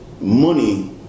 money